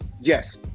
Yes